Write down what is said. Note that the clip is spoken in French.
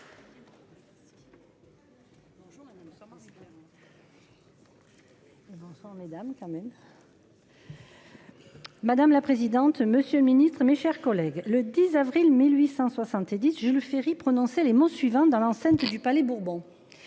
Madame la présidente. Monsieur le Ministre, mes chers collègues, le 10 avril 1870 le Ferry prononcer les mots suivants dans l'enceinte du Palais Bourbon.